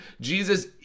Jesus